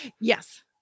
Yes